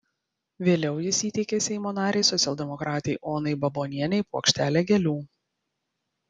vėliau jis įteikė seimo narei socialdemokratei onai babonienei puokštelę gėlių